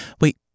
Wait